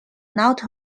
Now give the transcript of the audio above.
not